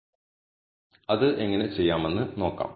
ഇപ്പോൾ അത് എങ്ങനെ ചെയ്യാമെന്ന് നോക്കാം